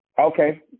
Okay